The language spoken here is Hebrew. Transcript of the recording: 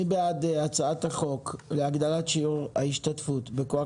מי בעד הצעת החוק להגדלת שיעור ההשתתפות בכוח